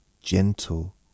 gentle